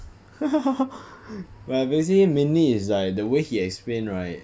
but basically mainly is like the way he explain right